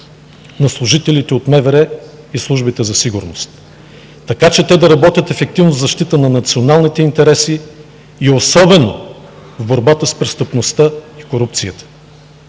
на служителите от МВР и службите за сигурност така, че те да работят ефективно в защита на националните интереси и особено в борбата с престъпността и корупцията.